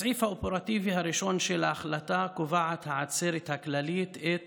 בסעיף האופרטיבי הראשון של ההחלטה קובעת העצרת הכללית את